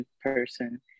person